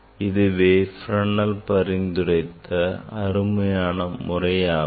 இதுவே Fresnel பரிந்துரைத்த அருமையான முறையாகும்